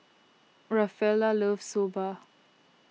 Rafaela loves Soba